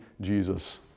Jesus